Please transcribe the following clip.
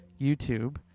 YouTube